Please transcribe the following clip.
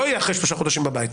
לא יהיה אחרי שלושה חודשים בבית.